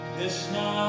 Krishna